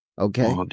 okay